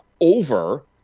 over